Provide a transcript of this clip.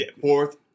Fourth